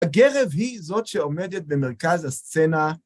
הגרב היא זאת שעומדת במרכז הסצנה.